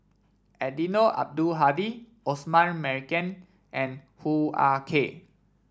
Eddino Abdul Hadi Osman Merican and Hoo Ah Kay